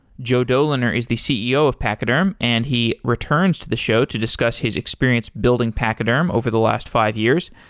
joe doliner is the ceo of pachyderm and he returns to the show to discuss his experience building pachyderm over the last five years.